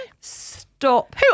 Stop